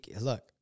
look